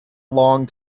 long